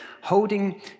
holding